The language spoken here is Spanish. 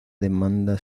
demanda